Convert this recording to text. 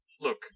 Look